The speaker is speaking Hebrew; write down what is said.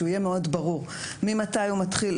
שיהיה מאוד ברור ממתי הוא מתחיל,